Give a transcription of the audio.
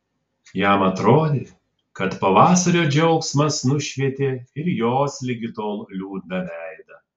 jam atrodė kad pavasario džiaugsmas nušvietė ir jos ligi tol liūdną veidą